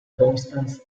constance